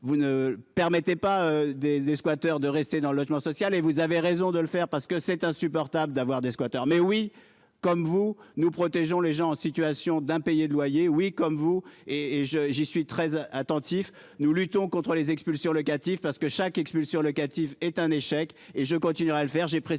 vous ne permettait pas des des squatters de rester dans le logement social et vous avez raison de le faire parce que c'est insupportable d'avoir des squatters. Mais oui comme vous nous protégeons les gens en situation d'impayés de loyers. Oui comme vous et et je, j'y suis 13 attentif. Nous luttons contre les expulsions locatives parce que chaque expulsion locative est un échec et je continuerai à le faire,